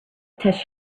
test